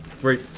Great